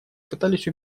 пытались